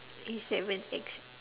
A-seven-X